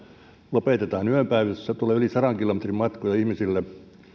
lopetetaan yöpäivystys siitähän tulee yli sadan kilometrin matkoja ihmisille